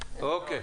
אוקיי.